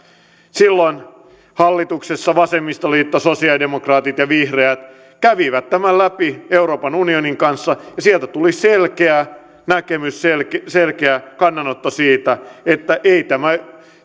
silloin hallituksessa vasemmistoliitto sosiaalidemokraatit ja vihreät kävivät tämän läpi euroopan unionin kanssa ja sieltä tuli selkeä näkemys selkeä selkeä kannanotto siitä että ei tämä